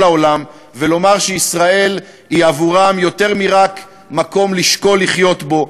העולם ולומר שישראל היא עבורם יותר מרק מקום לשקול לחיות בו,